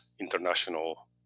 international